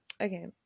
Okay